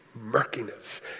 murkiness